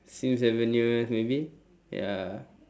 sims avenue maybe ya